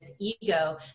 ego